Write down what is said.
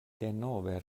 denove